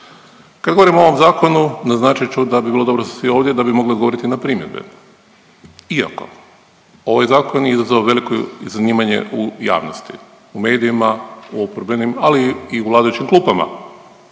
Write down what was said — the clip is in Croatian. Kad govorimo o ovom zakonu naznačit ću da bi bilo dobro da su svi ovdje da bi mogli odgovoriti na primjedbe iako ovaj zakon je izazvao veliko zanimanje u javnosti, u medijima, u oporbenim ali i u vladajućim klupama.